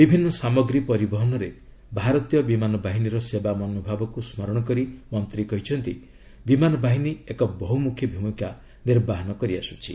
ବିଭିନ୍ନ ସାଗମ୍ରୀ ପରିବହନରେ ଭାରତୀୟ ବିମାନ ବାହିନୀର ସେବା ମନୋଭାବକୁ ସ୍କରଣ କରି ମନ୍ତ୍ରୀ କହିଛନ୍ତି ବିମାନ ବାହିନୀ ଏକ ବହୁମୁଖୀ ଭୂମିକା ନିର୍ବାହନ କରିଆସୁଛି